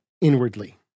inwardly